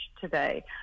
today